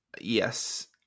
Yes